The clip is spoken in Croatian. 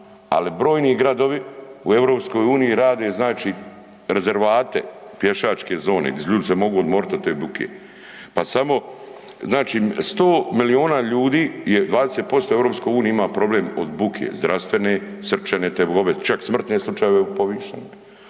Al brojni gradovi u EU rade znači rezervoate pješačke zone di ljudi se mogu odmorit od te buke. Pa samo, znači 100 milijuna ljudi je 20% u EU ima problem od buke zdravstvene, srčane tegobe, čak smrtne slučajeve povišene.